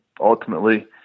ultimately